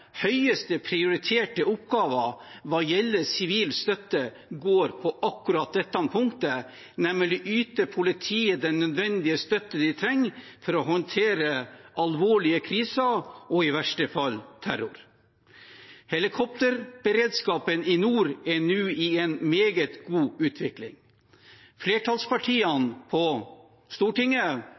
prioriterte oppgaver hva gjelder sivil støtte, går på akkurat dette punktet, nemlig å yte politiet den nødvendige støtte de trenger for å håndtere alvorlige kriser og i verste fall terror. Helikopterberedskapen i nord er nå i en meget god utvikling. Flertallspartiene på Stortinget